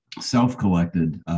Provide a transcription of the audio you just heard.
self-collected